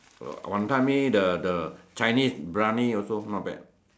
wanton-Mee the the Chinese Briyani also not bad